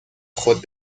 خود